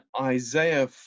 Isaiah